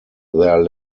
their